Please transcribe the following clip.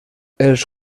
els